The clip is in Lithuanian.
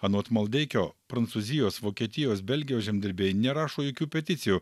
anot maldeikio prancūzijos vokietijos belgijos žemdirbiai nerašo jokių peticijų